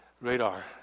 radar